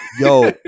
Yo